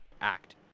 act